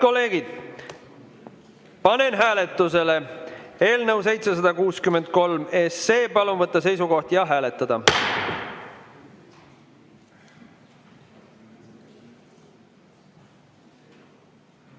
Head kolleegid, panen hääletusele eelnõu 763. Palun võtta seisukoht ja hääletada!